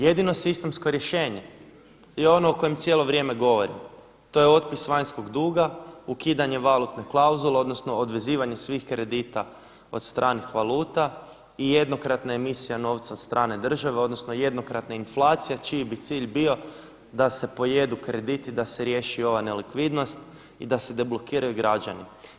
Jedino sistemsko rješenje je ono o kojem cijelo vrijeme govorim, to je otpis vanjskog duga, ukidanje valutne klauzule, odnosno odvezivanje svih kredita od stranih valuta i jednokratna emisija novca od strane države, odnosno jednokratna inflacija čiji bi cilj bio da se pojedu krediti, da se riješi ova nelikvidnost i da se deblokiraju građani.